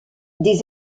des